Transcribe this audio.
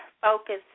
focus